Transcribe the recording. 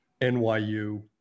NYU